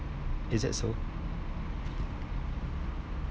is that so